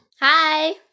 Hi